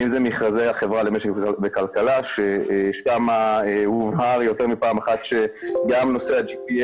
אם זה מכרזי החברה למשק וכלכלה ששם הובהר יותר מפעם אחת שגם נושא ה-GPS